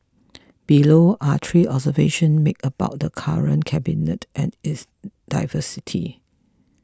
below are three observations made about the current cabinet and its diversity